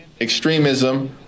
extremism